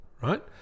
right